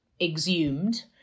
exhumed